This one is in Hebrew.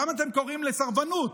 למה אתם קוראים לסרבנות?